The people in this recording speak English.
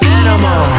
animal